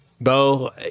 Bo